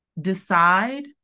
Decide